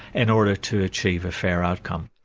in order to achieve a fair outcome.